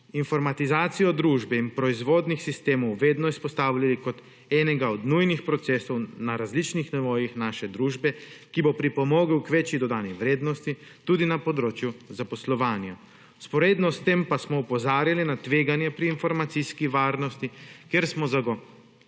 informatizacijo družbe in proizvodnih sistemov vedno izpostavljali kot enega od nujnih procesov na različnih nivojih naše družbe, ki bo pripomogel k večji dodani vrednosti, tudi na področju zaposlovanja. Vzporedno s tem pa smo opozarjali na tveganje pri informacijski varnosti, ker smo zagovarjali